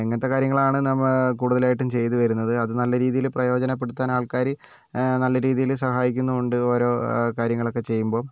ഇങ്ങനത്തെ കാര്യങ്ങളാണ് നമ്മൾ കൂടുതലായിട്ടും ചെയ്ത് വരുന്നത് അത് നല്ല രീതിയിൽ പ്രയോജനപ്പെടുത്താൻ ആൾക്കാർ നല്ല രീതിയിൽ സഹായിക്കുന്നുണ്ട് ഓരോ കാര്യങ്ങളൊക്കെ ചെയ്യുമ്പം